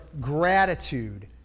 gratitude